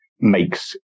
makes